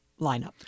lineup